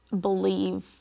believe